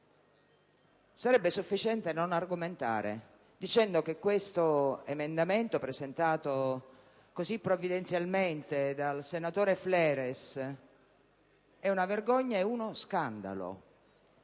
sarebbe sufficiente non argomentare dicendo solo che questo emendamento presentato così provvidenzialmente dal senatore Fleres è una vergogna ed uno scandalo!